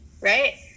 right